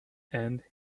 and